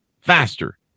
faster